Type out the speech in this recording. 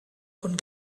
von